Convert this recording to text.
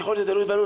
ככל שזה תלוי בנו,